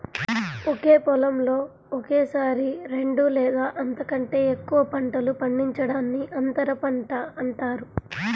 ఒకే పొలంలో ఒకేసారి రెండు లేదా అంతకంటే ఎక్కువ పంటలు పండించడాన్ని అంతర పంట అంటారు